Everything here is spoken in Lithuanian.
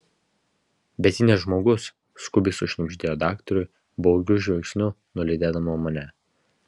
bet ji ne žmogus skubiai sušnibždėjo daktarui baugiu žvilgsniu nulydėdama mane